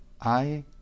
I